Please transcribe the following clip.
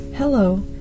Hello